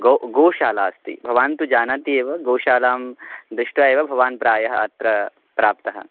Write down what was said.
गो गोशाला अस्ति भवान् तु जानाति एव गोशालां दृष्ट्वा एव भवान् प्रायः अत्र प्राप्तः